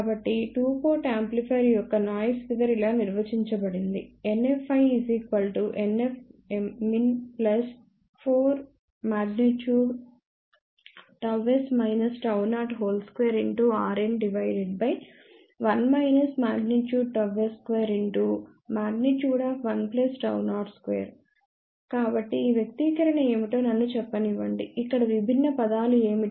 కాబట్టి two port amplifier యొక్క noise figure ఇలా నిర్వచించబడింది NFiNFmin4rns 021 s2102 కాబట్టిఈ వ్యక్తీకరణ ఏమిటో నన్ను చెప్పనివ్వండి ఇక్కడ విభిన్న పదాలు ఏమిటి